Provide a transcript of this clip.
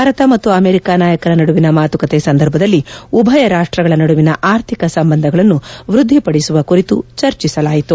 ಭಾರತ ಮತ್ತು ಅಮೆರಿಕ ನಾಯಕರ ನಡುವಿನ ಮಾತುಕತೆ ಸಂದರ್ಭದಲ್ಲಿ ಉಭಯ ರಾಷ್ಷಗಳ ನಡುವಿನ ಆರ್ಥಿಕ ಸಂಬಂಧಗಳನ್ನು ವ್ಯದ್ನಿಪಡಿಸುವ ಕುರಿತು ಚರ್ಚಿಸಲಾಯಿತು